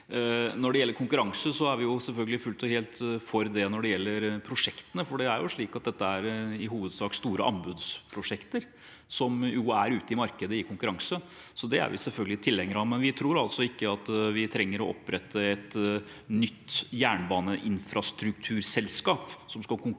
Når det gjelder konkurranse, er vi selvfølgelig fullt og helt for det når det gjelder prosjektene, for dette er i hovedsak store anbudsprosjekter som er ute i markedet i konkurranse. Det er vi selvfølgelig tilhenger av. Men vi tror altså ikke at vi trenger å opprette et nytt jernbaneinfrastrukturselskap som skal konkurrere